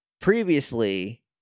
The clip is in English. previously